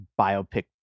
biopic